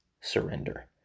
surrender